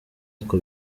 uku